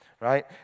right